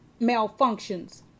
malfunctions